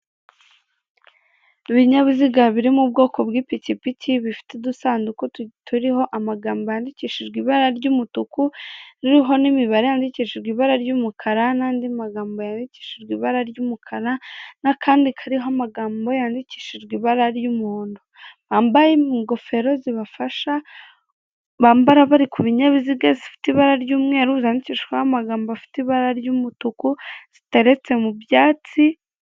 Ibinyabiziga biri mu bwoko bw'ipikipiki bifite udusanduko turiho amagambo yandikishijwe ibara ry'umutuku, ririho n'imibare yandikishijwe ibara ry'umukara n'andi magambo yandikishijwe ibara ry'umukara, n'akandi kariho amagambo yandikishijwe ibara ry'umuhondo, bambaye ingofero zibafasha, bambara bari ku binyabiziga zifite ibara ry'umweru zandikishijweho amagambo afite ibara y'umutuku ziteretse mu byatsi.